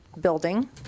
building